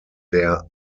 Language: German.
der